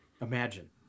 Imagine